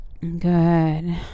Good